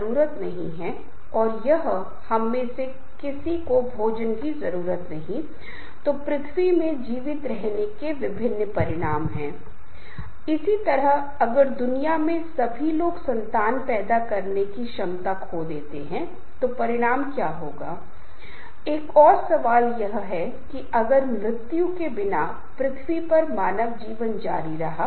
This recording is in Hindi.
अन्य एक समूह प्रक्रिया है जैसे संचार प्रक्रिया कैसे लोग समूह निर्णय लेने की प्रक्रिया शक्ति की गतिशीलता का संचार कर रहे हैं जो उस समूह में किस तरह की शक्ति है और फि र समूह के सदस्यों के बीच परस्पर विरोधी संपर्क है